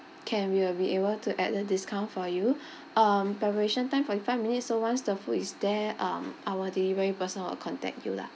can we'll be able to add the discount for you um preparation time forty five minutes so once the food is there um our delivery person will contact you lah